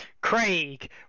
Craig